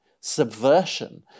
subversion